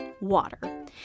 water